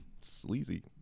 sleazy